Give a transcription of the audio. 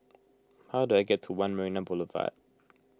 how do I get to one Marina Boulevard